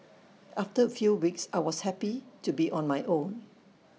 after A few weeks I was happy to be on my own